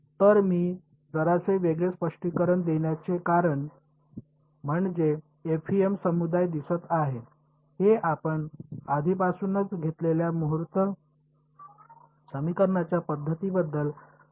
तर मी जरासे वेगळे स्पष्टीकरण देण्याचे कारण म्हणजे एफईएम समुदाय दिसत आहे हे आपण आधीपासूनच घेतलेल्या मुहूर्त समीकरणाच्या पद्धतीबद्दल स्पष्टीकरण देण्यासारखे आहे